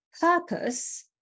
purpose